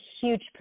huge